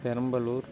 Perambalur